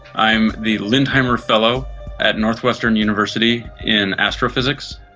i am the lindheimer fellow at northwestern university in astrophysics.